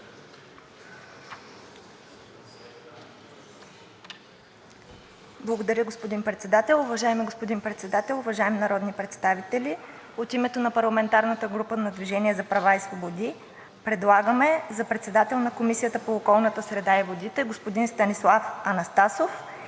Благодаря, господин Председател. Уважаеми господин Председател, уважаеми народни представители! От името на парламентарната група на „Движение за права и свободи“ предлагаме за председател на Комисията по околната среда и водите господин Станислав Анастасов